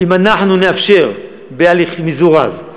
אם אנחנו נאפשר בהליך מזורז,